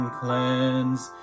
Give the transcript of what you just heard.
cleanse